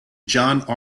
john